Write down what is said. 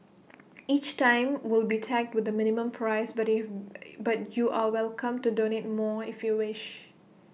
each time will be tagged with A minimum price but IT but you're welcome to donate more if you wish